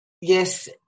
Yes